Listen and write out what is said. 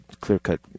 clear-cut